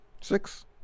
Six